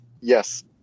Yes